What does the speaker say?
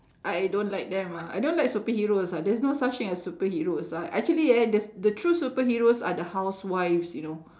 I don't like them ah I don't like superheroes ah there are no such thing as superheroes ah actually uh there's the true superheroes are the housewives you know